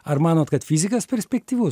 ar manot kad fizikas perspektyvus